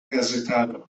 gazetaro